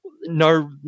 no